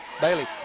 Bailey